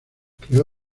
creó